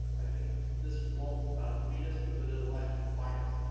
i think this won't defeat us, but it will actually define us,